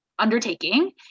Undertaking